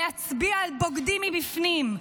להצביע על בוגדים מבפנים,